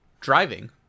driving